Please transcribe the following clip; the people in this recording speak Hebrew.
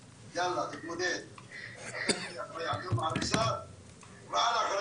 יצא לו צו הריסה והוא לא בוחל